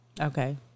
okay